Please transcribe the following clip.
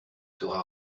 sera